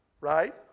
Right